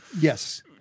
Yes